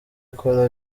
akora